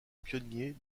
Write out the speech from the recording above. pionnier